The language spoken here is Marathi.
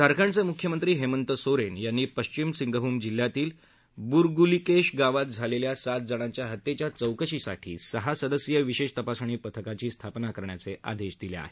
झारखंडचे म्ख्यमंत्री हेमंत सोरेन यांनी पश्चिम सिंगभूम जिल्ह्यातील ब्रग्लिकेश गावात झालेल्या सात जणांच्या हत्येच्या चौकशीसाठी सहा सदस्यीय विशेष तपासणी पथकाची स्थापना करण्याचे आदेश दिले आहेत